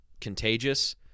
contagious